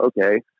okay